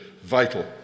Vital